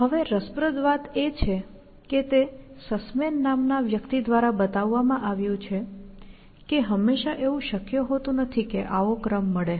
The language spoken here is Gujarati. હવે રસપ્રદ વાત એ છે કે તે સસ્મેન નામના વ્યક્તિ દ્વારા બતાવવામાં આવ્યું છે કે હંમેશાં એવું શક્ય હોતું નથી કે આવો ક્રમ મળે